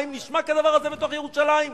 האם נשמע כדבר הזה בתוך ירושלים?